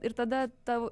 ir tada tau